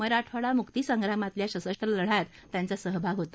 मराठवाडा मुक्ती संग्रामातल्या सशस्त्र लढ्यात त्यांचा सहभाग होता